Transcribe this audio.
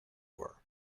were